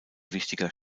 wichtiger